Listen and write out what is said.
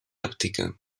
òptica